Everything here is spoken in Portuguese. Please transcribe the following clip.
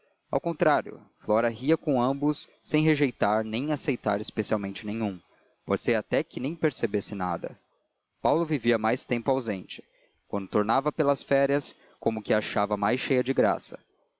ao contrário flora ria com ambos sem rejeitar nem aceitar especialmente nenhum pode ser até que nem percebesse nada paulo vivia mais tempo ausente quando tornava pelas férias como que a achava mais cheia de graça